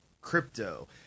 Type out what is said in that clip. crypto –